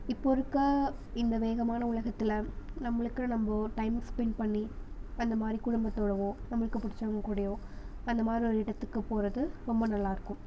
இப்போது இருக்கற இந்த வேகமான உலகத்தில் நம்மளுக்குனு நம்ப ஒரு டைம் ஸ்பென்ட் பண்ணி அந்த மாதிரி குடும்பத்தோடயோ நம்மளுக்கு பிடிச்சவங்க கூடயோ அந்த மாதிரி ஒரு இடத்துக்கு போகிறது ரொம்ப நல்லா இருக்கும்